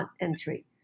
entry